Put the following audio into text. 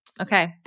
Okay